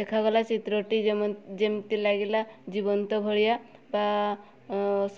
ଦେଖାଗଲା ଚିତ୍ରଟି ଯେମିତି ଲାଗିଲା ଜୀବନ୍ତ ଭଳିଆ ବା